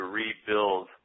rebuild